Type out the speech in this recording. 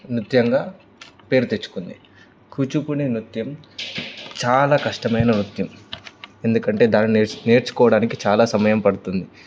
నృత్యంగా పేరు తెచ్చుకుంది కూచిపూడి నృత్యం చాలా కష్టమైన నృత్యం ఎందుకంటే దాన్ని నేర్చ నేర్చుకోవడానికి చాలా సమయం పడుతుంది